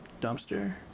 Dumpster